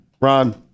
Ron